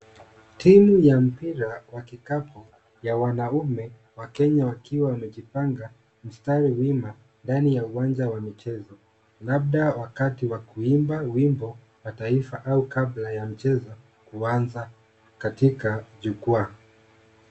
Timu ya mpira wa kikapu ya wanaume wa Kenya wakiwa wamejipanga mstari wima ndani ya uwanjq wa michezo labda wakati wa kuimba wimbo wa taifa au kabla ya mchezo kuanza katika jukwaa.